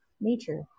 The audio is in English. nature